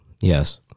yes